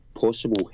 possible